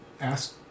ask